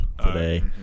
today